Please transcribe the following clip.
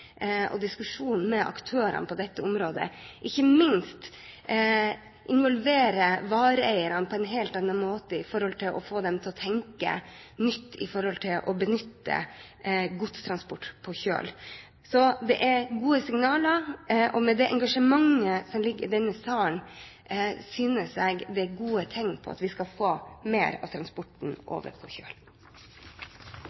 og diskusjon med aktørene på dette området – ikke minst involvere vareeierne på en helt annen måte for å få dem til å tenke nytt når det gjelder det å benytte godstransport på kjøl. Så signalene er gode, og med det engasjementet som er i denne sal, synes jeg det er gode tegn på at vi skal få mer av transporten